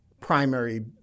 primary